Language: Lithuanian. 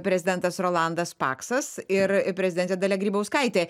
prezidentas rolandas paksas ir ir prezidentė dalia grybauskaitė